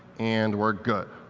and we're good.